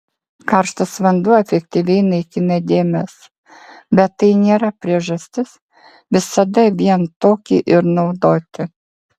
karštas vanduo efektyviai naikina dėmes bet tai nėra priežastis visada vien tokį ir naudoti